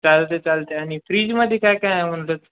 चालतं आहे चालतं आहे आणि फ्रीजमध्ये कायकाय आहे म्हणालो आहोत